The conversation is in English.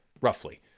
roughly